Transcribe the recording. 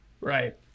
Right